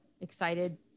excited